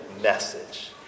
message